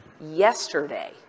Yesterday